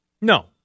No